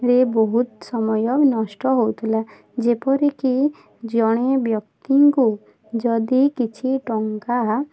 ରେ ବହୁତ ସମୟ ନଷ୍ଟ ହେଉଥିଲା ଯେପରିକି ଜଣେ ବ୍ୟକ୍ତିଙ୍କୁ ଯଦି କିଛି ଟଙ୍କା